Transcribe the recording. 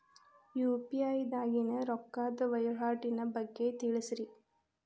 UPI ದಾಗಿನ ರೊಕ್ಕದ ವಹಿವಾಟಿನ ಬಗ್ಗೆ ತಿಳಸ್ರಿ